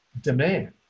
demand